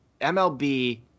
MLB